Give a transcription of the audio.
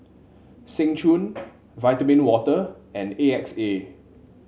Seng Choon Vitamin Water and A X A